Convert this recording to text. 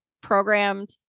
programmed